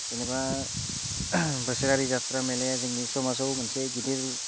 जेनेबा बोसोरारि जात्रा मेलाया जोंनि समाजाव मोनसे गिदिर